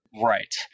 right